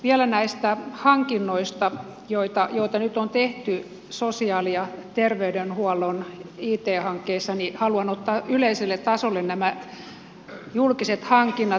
vielä näistä hankinnoista joita nyt on tehty sosiaali ja terveydenhuollon it hankkeissa haluan ottaa yleiselle tasolle nämä julkiset hankinnat